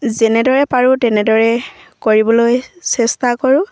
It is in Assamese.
যেনেদৰে পাৰোঁ তেনেদৰে কৰিবলৈ চেষ্টা কৰোঁ